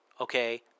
Okay